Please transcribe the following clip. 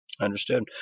Understood